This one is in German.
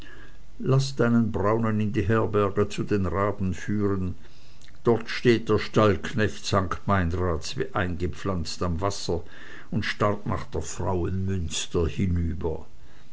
laß deinen braunen in die herberge zu den raben führen dort steht der stallknecht st meinrads wie eingepflanzt am wasser und starrt nach der frauen münster hinüber